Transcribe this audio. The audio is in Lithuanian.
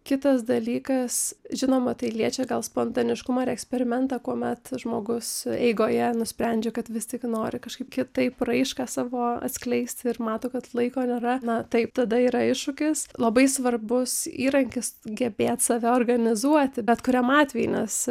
kitas dalykas žinoma tai liečia gal spontaniškumą ir eksperimentą kuomet žmogus eigoje nusprendžia kad vis tik nori kažkaip kitaip raišką savo atskleisti ir mato kad laiko nėra na taip tada yra iššūkis labai svarbus įrankis gebėt save organizuoti bet kuriam atvejui nes